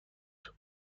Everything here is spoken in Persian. بود